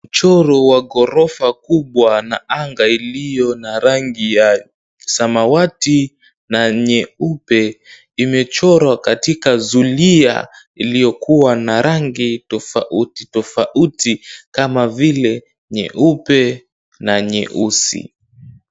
Mchoro wa ghorofa kubwa na anga iliyo na rangi ya samawati na nyeupe imechorwa katika zulia iliyokuwa na rangi tofauti tofauti kama vile nyeupe na nyeusi.